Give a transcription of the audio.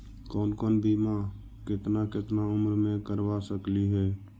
कौन कौन बिमा केतना केतना उम्र मे करबा सकली हे?